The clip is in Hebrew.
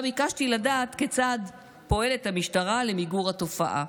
ביקשתי לדעת כיצד פועלת המשטרה למיגור התופעה.